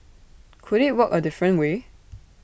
could IT work A different way